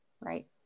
Right